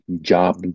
job